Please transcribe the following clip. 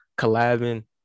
collabing